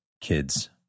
kids